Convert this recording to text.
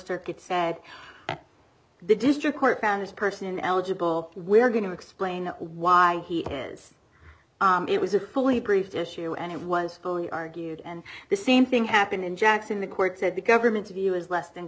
circuit said the district court found this person eligible we're going to explain why he is it was a fully briefed issue and it was fully argued and the same thing happened in jackson the court said the government's view is less than